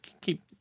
keep